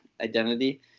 identity